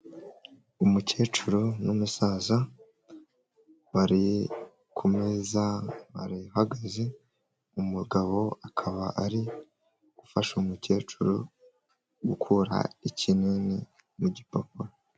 Umukecuru n'umusaza bari kumeza barahagaze, umugabo akaba ari gufasha umukecuru gukura ikinini mu gipapuro.